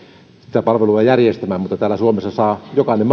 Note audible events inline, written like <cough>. sitä palvelua järjestämään mutta täällä suomessa saa jokainen <unintelligible>